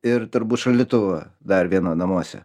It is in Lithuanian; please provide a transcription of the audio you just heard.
ir turbūt šaldytuvo dar vieno namuose